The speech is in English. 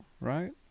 right